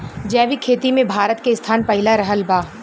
जैविक खेती मे भारत के स्थान पहिला रहल बा